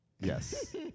Yes